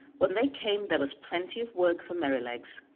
when they came there was plenty of work for merrylegs,